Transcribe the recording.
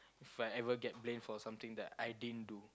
If I ever get blame for something that I didn't do